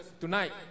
tonight